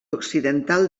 occidental